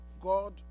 God